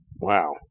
Wow